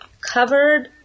covered